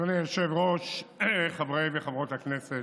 אדוני היושב-ראש, חברות וחברי הכנסת,